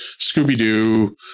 scooby-doo